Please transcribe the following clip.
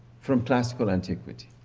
from classical antiquity.